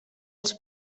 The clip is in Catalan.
als